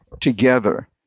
together